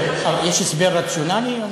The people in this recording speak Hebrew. יש הסבר לצונאמי?